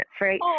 right